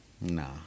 Nah